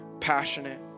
passionate